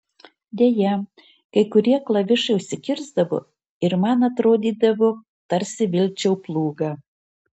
deja kai kurie klavišai užsikirsdavo ir man atrodydavo tarsi vilkčiau plūgą